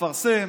מפרסם